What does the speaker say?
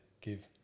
Give